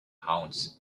haunts